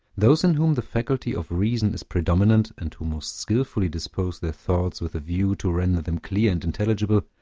those in whom the faculty of reason is predominant, and who most skillfully dispose their thoughts with a view to render them clear and intelligible,